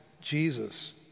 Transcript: Jesus